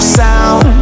sound